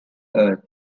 earth